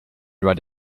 write